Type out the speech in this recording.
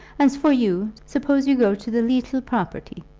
as for you suppose you go to the leetle property.